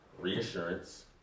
reassurance